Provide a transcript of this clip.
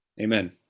amen